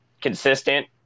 consistent